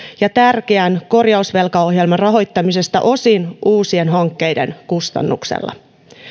tärkeän korjausvelkaohjelman rahoittamisesta osin uusien hankkeiden kustannuksella